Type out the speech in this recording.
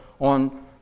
on